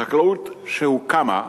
החקלאות שהוקמה,